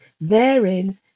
therein